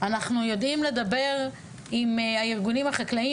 יודעים לדבר עם הארגונים החקלאיים,